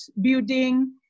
building